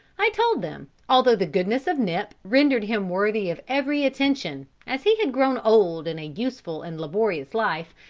i told them, although the goodness of nip rendered him worthy of every attention, as he had grown old in a useful and laborious life,